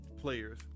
players